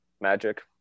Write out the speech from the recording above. Magic